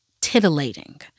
titillating